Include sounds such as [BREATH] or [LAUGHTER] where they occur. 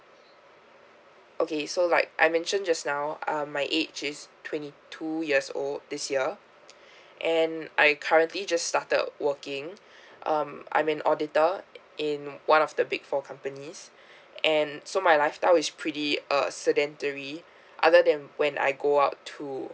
okay so like I mentioned just now uh my age is twenty two years old this year [BREATH] and I currently just started working [BREATH] um I'm an auditor in one of the big four companies [BREATH] and so my lifestyle is pretty uh sedentary other than when I go out to